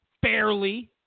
fairly